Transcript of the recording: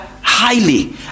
highly